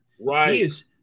Right